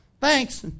Thanks